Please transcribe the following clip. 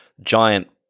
giant